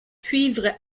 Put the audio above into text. cuivres